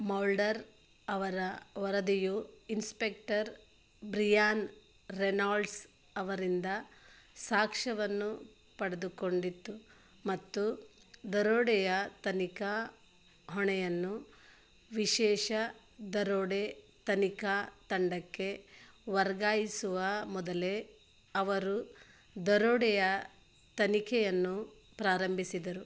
Mulder ಅವರ ವರದಿಯು inspector Brian Reynolds ಅವರಿಂದ ಸಾಕ್ಷ್ಯವನ್ನು ಪಡೆದುಕೊಂಡಿತ್ತು ಮತ್ತು ದರೋಡೆಯ ತನಿಖಾ ಹೊಣೆಯನ್ನು ವಿಶೇಷ ದರೋಡೆ ತನಿಖಾ ತಂಡಕ್ಕೆ ವರ್ಗಾಯಿಸುವ ಮೊದಲೇ ಅವರು ದರೋಡೆಯ ತನಿಖೆಯನ್ನು ಪ್ರಾರಂಭಿಸಿದರು